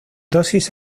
dosis